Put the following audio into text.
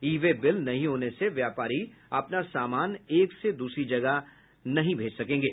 ई way bill नहीं होने से व्यापारी अपना सामान एक से द्रसरी जगह नहीं भेज सकेंगे